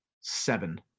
seven